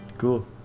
cool